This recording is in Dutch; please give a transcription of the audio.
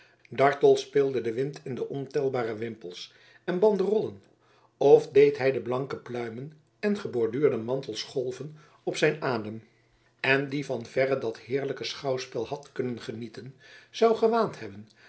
dartel speelde de wind in de ontelbare wimpels en banderollen of deed hij de blanke pluimen en geborduurde mantels golven op zijn adem en die van verre dat heerlijk schouwspel had kunnen genieten zou gewaand hebben